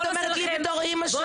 מה את אומרת לי בתור אמא שכולה מתענה?